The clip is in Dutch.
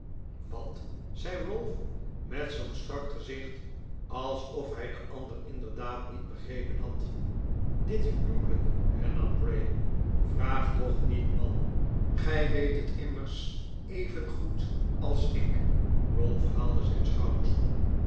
wat zei ralph met zoo'n strak gezicht alsof hij den ander inderdaad niet begrepen had dit huwelijk hernam bray vraag toch niet man gij weet het immers evengoed als ik ralph haalde zijn schouders op